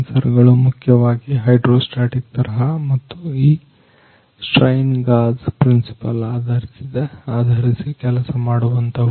sensor ಗಳು ಮುಖ್ಯವಾಗಿ hydro static ತರಹ ಮತ್ತು ಈ ಸ್ಟ್ರೈನ್ ಗಾಜ್ ಪ್ರಿನ್ಸಿಪಲ್ ಆಧರಿಸಿ ಕೆಲಸ ಮಾಡುವಂತಹವು